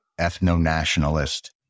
ethno-nationalist